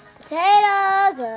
potatoes